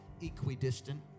equidistant